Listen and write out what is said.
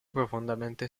profondamente